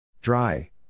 Dry